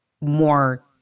more